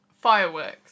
Fireworks